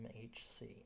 MHC